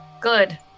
Good